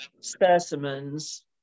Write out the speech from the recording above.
specimens